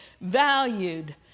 valued